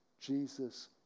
Jesus